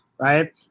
right